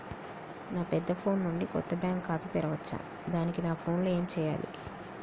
నా పెద్ద ఫోన్ నుండి కొత్త బ్యాంక్ ఖాతా తెరవచ్చా? దానికి నా ఫోన్ లో ఏం చేయాలి?